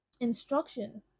instruction